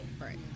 Right